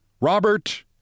Robert